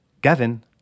Gavin